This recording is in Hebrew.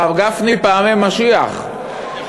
הרב גפני, פעמי משיח.